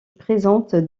présente